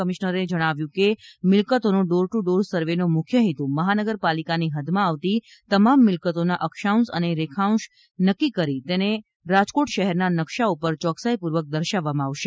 કમિશનરશ્રીએ જણાવ્યું હતું કે મિલકતોનો ડોર ટુ ડોર સર્વેનો મુખ્ય હેતુ મહાનગરપાલિકાની હદમાં આવતી તમામ મિલકતોના અક્ષાંશ અને રેખાંશ નક્કી કરી તેને રાજકોટ શહેરના નકશા પર ચોકકસાઈપૂર્વક દર્શાવવામાં આવશે